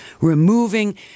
removing